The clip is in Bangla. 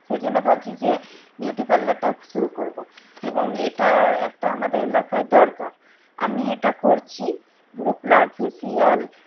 সেইজন্য ভাবছি যে বিউটি পার্লারটা শুরু করব এবং এটা একটা আমাদের এলাকায় দরকার আমি এটা করছি ভুরু প্লাক ফেসিয়াল